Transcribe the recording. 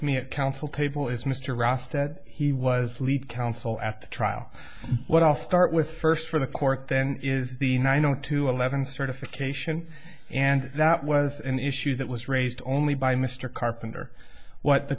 me at counsel table is mr ross that he was lead counsel at the trial what i'll start with first for the court then is the nine zero two eleven certification and that was an issue that was raised only by mr carpenter what the